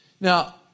Now